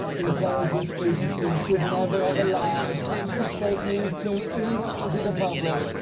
intelligence agencies should never have allowed this fake news to leak into the public.